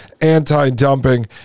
anti-dumping